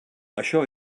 això